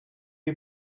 you